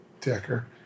Decker